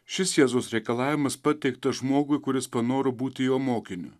šis jėzaus reikalavimas pateiktas žmogui kuris panoro būti jo mokiniu